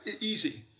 Easy